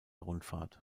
rundfahrt